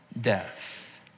death